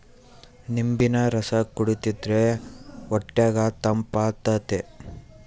ನಿಂಬೆಹಣ್ಣಿನ ರಸ ಕುಡಿರ್ದೆ ಹೊಟ್ಯಗ ತಂಪಾತತೆ